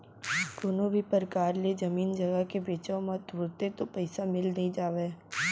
कोनो भी परकार ले जमीन जघा के बेंचब म तुरते तो पइसा मिल नइ जावय